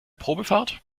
probefahrt